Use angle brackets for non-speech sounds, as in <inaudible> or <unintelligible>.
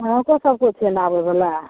<unintelligible> सबके छै मारै बला